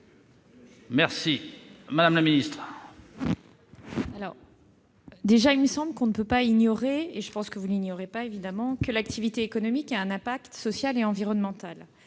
est à Mme la secrétaire d'État. Il me semble qu'on ne peut pas ignorer- et je pense que vous ne l'ignorez pas, évidemment -que l'activité économique a un impact social et environnemental.